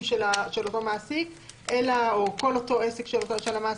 של אותו מעסיק או כל אותו עסק של מעסיק,